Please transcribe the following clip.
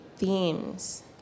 themes